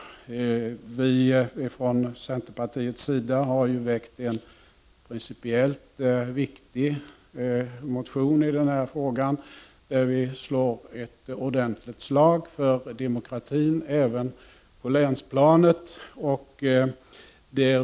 Vi från centerns sida har väckt en principiellt viktig motion i denna fråga, där vi slår ett ordentligt slag för demokratin även på länsplanet.